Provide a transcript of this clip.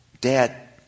Dad